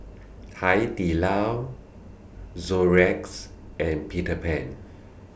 Hai Di Lao Xorex and Peter Pan